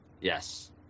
Yes